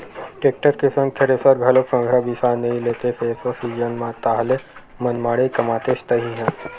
tractor के संग thresher घलोक संघरा बिसा नइ लेतेस एसो सीजन म ताहले मनमाड़े कमातेस तही ह